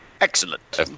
excellent